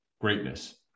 greatness